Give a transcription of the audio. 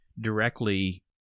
directly